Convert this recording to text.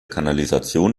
kanalisation